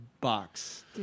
box